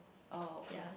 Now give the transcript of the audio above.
oh okay